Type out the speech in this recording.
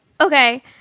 Okay